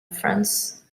france